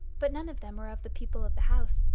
but none of them were of the people of the house,